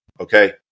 okay